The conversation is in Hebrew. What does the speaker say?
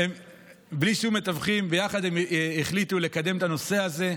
בלי שום מתווכים, הם החליטו לקדם את הנושא הזה.